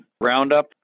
roundup